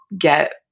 get